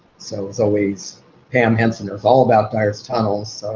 so it's always pam hensen knows all about dyar's tunnels.